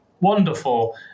wonderful